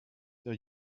der